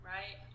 Right